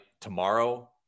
tomorrow